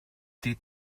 did